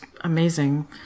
amazing